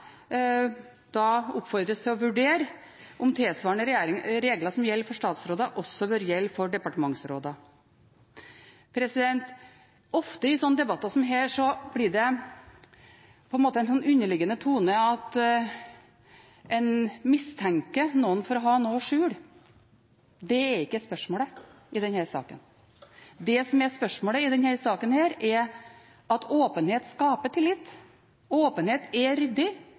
tilsvarende regler som gjelder for statsråder, også bør gjelde for departementsråder. Ofte blir det i slike debatter som dette på en måte en underliggende tone om at en mistenker noen for å ha noe å skjule. Det er ikke spørsmålet i denne saken. Det som er spørsmålet i denne saken, er at åpenhet skaper tillit. Åpenhet er ryddig,